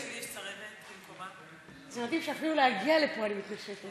אתם יודעים, שאפילו להגיע לפה אני מתנשפת.